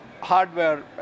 hardware